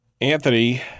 Anthony